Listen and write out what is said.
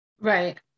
right